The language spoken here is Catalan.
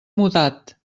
mudat